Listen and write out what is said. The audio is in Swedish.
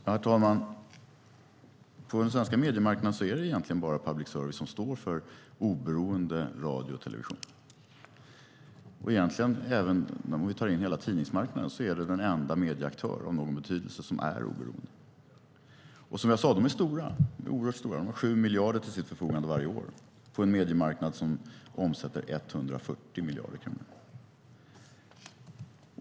Herr talman! På den svenska mediemarknaden är det egentligen bara public service som står för oberoende radio och television. Om vi tar in hela tidningsmarknaden så är det den enda medieaktören av någon betydelse som är oberoende. Som jag sade är de stora. De är oerhört stora. De har 7 miljarder till sitt förfogande varje år på en mediemarknad som omsätter 140 miljarder.